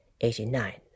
eighty-nine